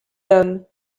l’homme